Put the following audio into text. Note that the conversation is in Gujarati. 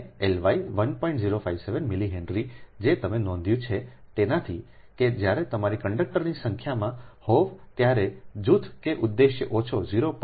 057 મિલી હેનરી જે તમે નોંધ્યું છે તેનાથી કે જ્યારે તમારી કંડક્ટર ની સંખ્યામાં હોવ ત્યારે જૂથ કે ઉદ્દેશ્ય ઓછો 0